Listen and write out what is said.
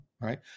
right